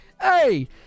Hey